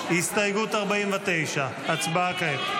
-- הסתייגות 49. הצבעה כעת.